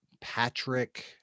Patrick